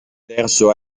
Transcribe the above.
verso